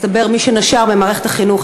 מסתבר שמי שנשר ממערכת החינוך,